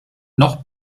noch